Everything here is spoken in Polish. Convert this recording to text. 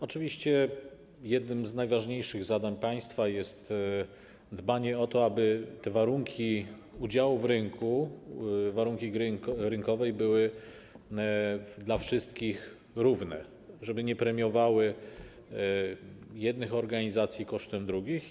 Oczywiście jednym z najważniejszych zadań państwa jest dbanie o to, aby warunki udziału w rynku, warunki gry rynkowej były dla wszystkich równe, żeby nie premiowały jednych organizacji kosztem drugich.